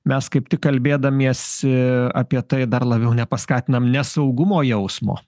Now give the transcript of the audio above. mes kaip tik kalbėdamiesi apie tai dar labiau nepaskatinam nesaugumo jausmo